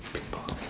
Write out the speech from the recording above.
pause